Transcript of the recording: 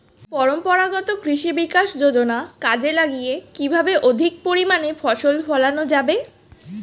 পরম্পরাগত কৃষি বিকাশ যোজনা কাজে লাগিয়ে কিভাবে অধিক পরিমাণে ফসল ফলানো যাবে?